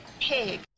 pig